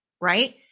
right